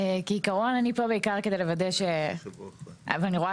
כעיקרון אני פה בעיקר כדי לוודא ש- אבל אני רואה